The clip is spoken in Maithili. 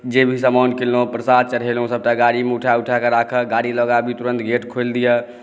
जे भी समान किनलहुँ प्रसाद चढ़ेलहुँ सभटा गाड़ीमे उठा उठाकऽ राखऽ गाड़ी लगाबी तुरत गेट खोलि दिअ